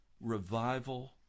Revival